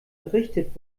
errichtet